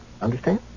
Understand